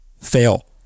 fail